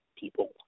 people